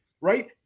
right